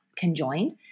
conjoined